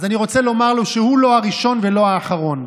אז אני רוצה לומר לו שהוא לא הראשון ולא האחרון.